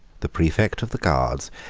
the praefect of the guards,